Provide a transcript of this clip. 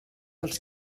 els